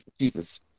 Jesus